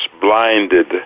blinded